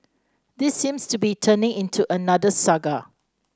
this seems to be turning into another saga